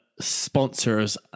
sponsors